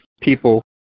people